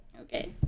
okay